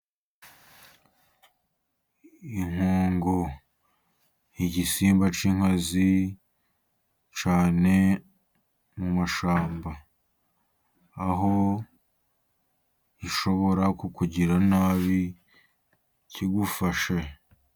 Inkungu ni igisimba cy'inkazi cyane mu mashamba, aho ishobora kukugirira nabi kigufashe.